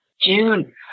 June